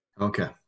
okay